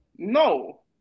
No